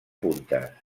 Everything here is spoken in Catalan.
puntes